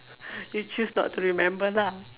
you choose not to remember lah